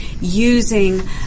using